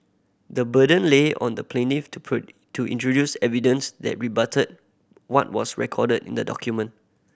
the burden lay on the plaintiff to to introduce evidence that rebutted what was recorded in the document